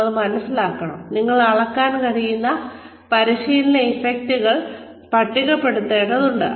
നിങ്ങൾ മനസ്സിലാക്കണം ഞങ്ങൾക്ക് അളക്കാൻ കഴിയുന്ന പരിശീലന ഇഫക്റ്റുകൾ ഞങ്ങൾ പട്ടികപ്പെടുത്തേണ്ടതുണ്ട്